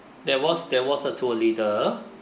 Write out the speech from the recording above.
there was there was a tour leader